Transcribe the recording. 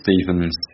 Stevens